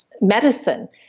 medicine